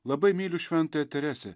labai myliu šventąją teresę